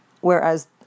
Whereas